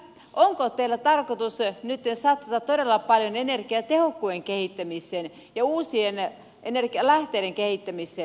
onko teillä tarkoitus nytten satsata todella paljon energiatehokkuuden kehittämiseen ja uusien energianlähteiden kehittämiseen